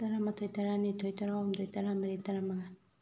ꯇꯔꯥꯃꯥꯊꯣꯏ ꯇꯔꯥꯅꯤꯊꯣꯏ ꯇꯔꯥꯍꯨꯝꯗꯣꯏ ꯇꯔꯥꯃꯔꯤ ꯇꯔꯥꯃꯉꯥ